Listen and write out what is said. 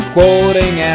Quoting